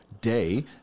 Day